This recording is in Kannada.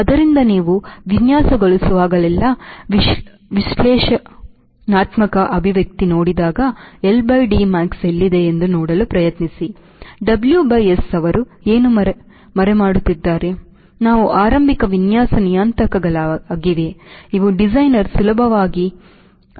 ಆದ್ದರಿಂದ ನೀವು ವಿನ್ಯಾಸಗೊಳಿಸುವಾಗಲೆಲ್ಲಾ ವಿಶ್ಲೇಷಣಾತ್ಮಕ ಅಭಿವ್ಯಕ್ತಿ ನೋಡಿದಾಗ LDmax ಎಲ್ಲಿದೆ ಎಂದು ನೋಡಲು ಪ್ರಯತ್ನಿಸಿ WS ಅವರು ಏನು ಮರೆಮಾಡುತ್ತಿದ್ದಾರೆ ಅವು ಆರಂಭಿಕ ವಿನ್ಯಾಸ ನಿಯತಾಂಕಗಳಾಗಿವೆ ಇವು ಡಿಸೈನರ್ ಸುಲಭವಾಗಿ ಬಲವನ್ನು ಆರಿಸಿಕೊಳ್ಳಬಹುದು